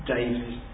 David